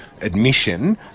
admission